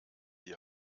die